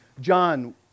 John